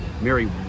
Mary